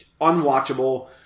unwatchable